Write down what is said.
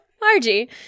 Margie